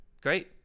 great